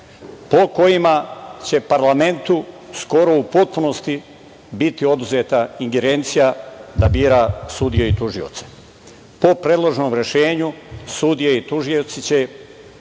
po kojima će parlamentu skoro u potpunosti biti oduzeta ingerencija da bira sudije i tužioce. Po predloženom rešenju, sudije i tužioci će,